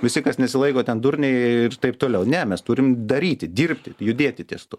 visi kas nesilaiko ten durniai ir taip toliau ne mes turim daryti dirbti judėti ties tuo